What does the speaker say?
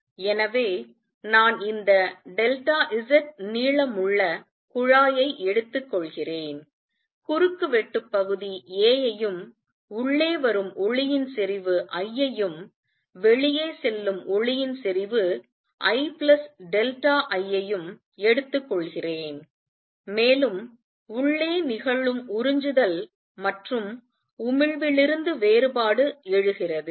எனவே நான் இந்த Z நீளமுள்ள குழாயை எடுத்துக் கொள்கிறேன் குறுக்கு வெட்டு பகுதி a யையும் உள்ளே வரும் ஒளியின் செறிவு I யையும் வெளியே செல்லும் ஒளியின் செறிவு II யையும் எடுத்துக்கொள்கிறேன் மேலும் உள்ளே நிகழும் உறிஞ்சுதல் மற்றும் உமிழ்விலிருந்து வேறுபாடு எழுகிறது